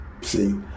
See